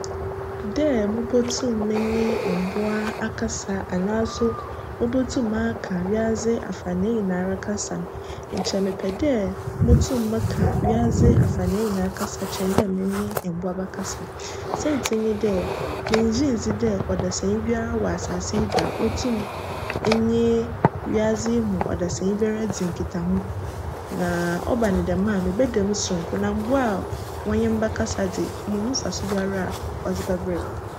Dj mobotum menye mbowa akasa anaaso mobotum m'aka wiadze afaana nyinara kasa no, nkyj mepj dj mutum meka wiadze afaana nyinara kasa kyjn dj menye mbowa bjkasa siantsir nye dj menngye nndzi dj cdasanyi biara wc asaase yi do a otum nye wiadze yi mu cdasanyi biara dze nkitaho na cba no djm a, mebjda mu soronko na mbowa a wcnye me bjkasa dze, munnhu mfaso biara a cdze bjberj me.